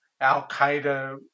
Al-Qaeda